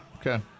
Okay